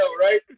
right